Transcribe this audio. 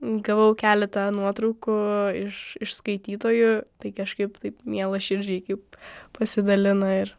gavau keletą nuotraukų iš iš skaitytojų tai kažkaip taip miela širdžiai kaip pasidalina ir